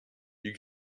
you